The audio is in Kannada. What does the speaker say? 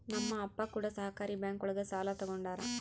ನಮ್ ಅಪ್ಪ ಕೂಡ ಸಹಕಾರಿ ಬ್ಯಾಂಕ್ ಒಳಗ ಸಾಲ ತಗೊಂಡಾರ